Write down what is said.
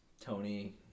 Tony